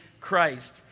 Christ